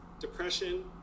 depression